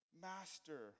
master